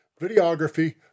videography